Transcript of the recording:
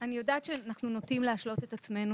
אני יודעת שאנחנו נוטים להשלות את עצמנו